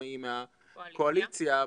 עם הקואליציה,